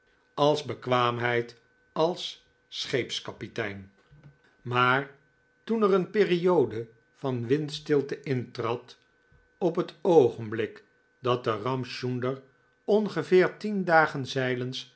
als bekwaamheid als scheepskapitein w maar toen er een periode van windstilte intrad op het oogenblik dat de ramchunder ongeveer tien dagen zeilens